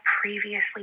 previously